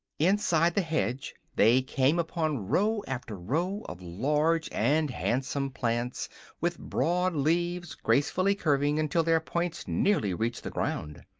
inside the hedge they came upon row after row of large and handsome plants with broad leaves gracefully curving until their points nearly reached the ground.